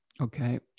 okay